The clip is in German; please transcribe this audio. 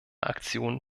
aktionen